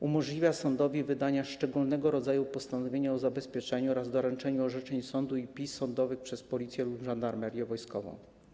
Umożliwia się sądowi wydanie szczególnego rodzaju postanowienia o zabezpieczeniu oraz doręczeniu orzeczeń sądu i pism sądowych przez policję lub Żandarmerię Wojskową.